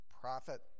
profit